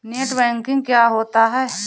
Net banking क्या होता है?